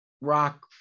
rock